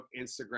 Instagram